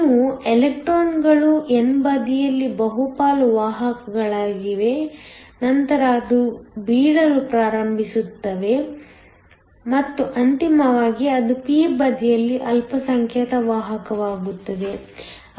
ನೀವು ಎಲೆಕ್ಟ್ರಾನ್ಗಳು n ಬದಿಯಲ್ಲಿ ಬಹುಪಾಲು ವಾಹಕಗಳಾಗಿವೆ ನಂತರ ಅದು ಬೀಳಲು ಪ್ರಾರಂಭಿಸುತ್ತದೆ ಮತ್ತು ಅಂತಿಮವಾಗಿ ಅದು p ಬದಿಯಲ್ಲಿ ಅಲ್ಪಸಂಖ್ಯಾತ ವಾಹಕವಾಗುತ್ತದೆ